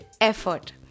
effort